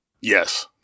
Yes